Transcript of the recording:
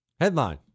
Headline